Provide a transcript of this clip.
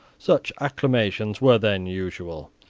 such acclamations were then usual.